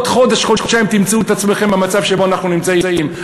עוד חודש-חודשיים תמצאו את עצמכם במצב שבו אנחנו נמצאים,